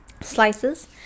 slices